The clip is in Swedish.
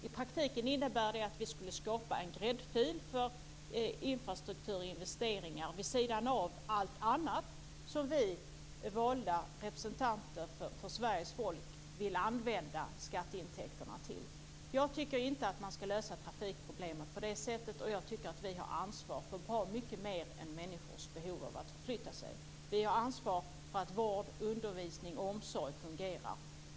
I praktiken innebär det att vi skulle skapa en gräddfil för infrastrukturinvesteringar vid sidan av allt annat som vi, valda representanter för Sveriges folk, vill använda skatteintäkterna till. Jag tycker inte att man ska lösa trafikproblemen på det sättet. Och jag tycker att vi har ansvar för bra mycket mer än människors behov av att förflytta sig. Vi har ansvar för att vård, undervisning och omsorg fungerar.